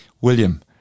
William